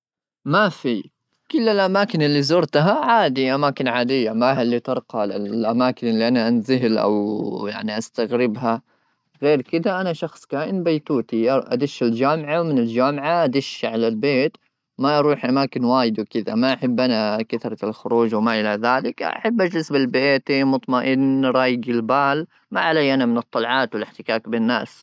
ما في كل الاماكن اللي زرتها عادي اماكن عاديه ما هي اللي ترقى للاماكن اللي انا انزلها او استغربها غير كد انا شخص كائن بيتوتي ادش الجامعه ومن الجامعه دش على البيت ما يروح اماكن وايد وكذا ما احب انا كثره الخروج وما الى ذلك احب اجلس بالبيت مطمئن رايق البال ما علي انا من الطلعات والاحتكاك بين الناس